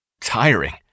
tiring